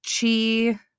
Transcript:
chi